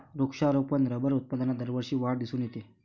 वृक्षारोपण रबर उत्पादनात दरवर्षी वाढ दिसून येते